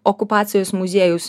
okupacijos muziejaus